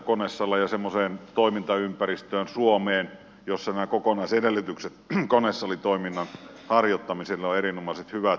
semmoiseen toimintaympäristöön jossa nämä kokonaisedellytykset konesalitoiminnan harjoittamiselle ovat erinomaisen hyvät